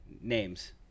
Names